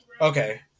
Okay